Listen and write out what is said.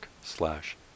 slash